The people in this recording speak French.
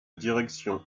direction